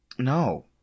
No